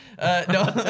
No